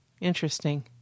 Interesting